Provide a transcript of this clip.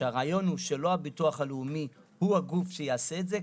כשהרעיון הוא שלא הביטוח הלאומי הוא הגוף שיעשה את זה,